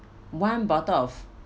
one bottle of